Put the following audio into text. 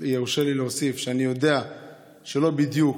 יורשה לי להוסיף שאני יודע שלא בדיוק,